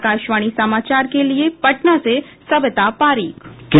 आकाशवाणी समाचार के लिए पटना से सविता पारीक